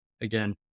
again